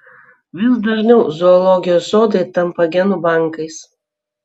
vis dažniau zoologijos sodai tampa genų bankais